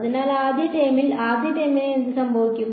അതിനാൽ ആദ്യ ടേമിൽ ആദ്യ ടേമിന് എന്ത് സംഭവിക്കും